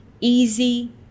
easy